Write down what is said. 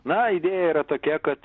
na idėja yra tokia kat